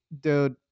dude